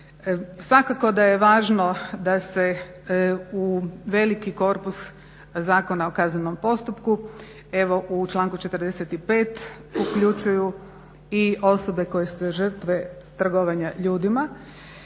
Svakako da je važno da se u veliki korpus ZKP-a evo u članku 45. uključuju i osobe koje su žrtve trgovanja ljudima